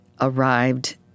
arrived